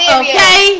okay